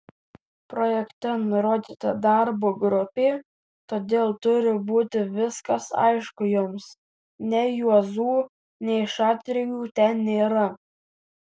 projekte nurodyta darbo grupė todėl turi būti viskas aišku jums nei juozų nei šatrijų ten nėra